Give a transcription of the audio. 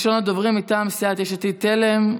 ראשון הדוברים, מטעם סיעת יש עתיד-תל"ם,